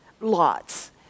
lots